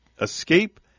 escape